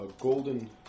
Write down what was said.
golden